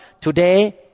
today